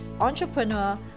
entrepreneur